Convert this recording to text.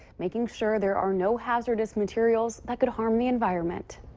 making sure there are no hazardous materials that could harm the environment.